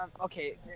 Okay